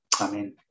Amen